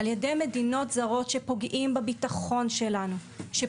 על ידי מדינות זרות שפוגעות בביטחון שלנו,